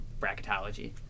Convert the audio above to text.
bracketology